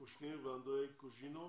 קושניר ואנדרי קוז'ינוב